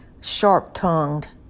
sharp-tongued